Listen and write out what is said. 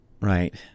Right